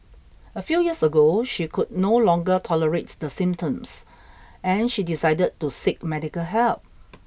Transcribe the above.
a few years ago she could no longer tolerate the symptoms and she decided to seek medical help